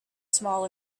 small